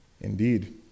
Indeed